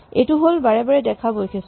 এইটো হ'ল বাৰে বাৰে দেখা বৈশিষ্ট